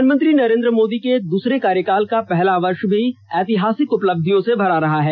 प्रधानमंत्री नरेंद्र मोदी के दूसरे कार्यकाल का पहला वर्ष भी ऐतिहासिक उपलब्धियों से भरा रहा है